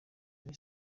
kuri